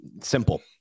simple